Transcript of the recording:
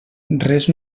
res